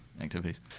activities